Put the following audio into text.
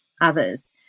others